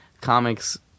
comics